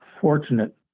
fortunate